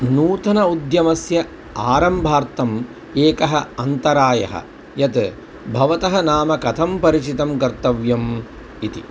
नूतनः उद्यमस्य आरम्भार्थम् एकः अन्तरायः यत् भवतः नाम कथं परिचितं कर्तव्यम् इति